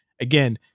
again